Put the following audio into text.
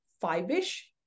five-ish